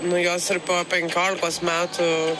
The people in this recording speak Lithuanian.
nu jos ir po penkiolikos metų